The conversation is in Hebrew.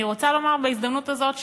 אני רוצה לומר בהזדמנות הזאת,